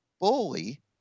bully